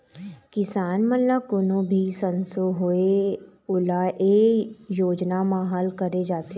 किसान मन ल कोनो भी संसो होए ओला ए योजना म हल करे जाथे